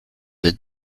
êtes